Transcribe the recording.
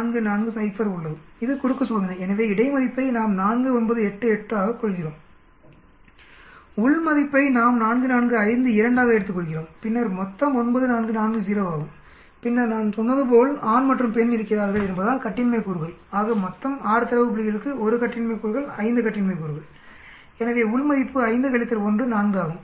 4 4 0 உள்ளது இது குறுக்கு சோதனை எனவே இடை மதிப்பை நாம் 4 9 8 8 ஆக எடுத்துக்கொள்கிறோம் உள் மதிப்பை நாம் 4 4 5 2 ஆக எடுத்துக்கொள்கிறோம் பின்னர் மொத்தம் 9 4 4 0 ஆகும் பின்னர் நான் சொன்னது போல் ஆண் மற்றும் பெண் இருக்கிறார்கள் என்பதால் கட்டின்மை கூறுகள் ஆக மொத்தம் 6 தரவு புள்ளிகளுக்கு 1 கட்டின்மை கூறுகள் 5 கட்டின்மை கூறுகள் எனவே உள் மதிப்பு 5 1 4 ஆகும்